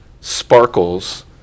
sparkles